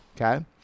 Okay